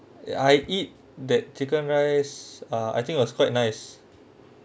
I eat the chicken rice uh I think was quite nice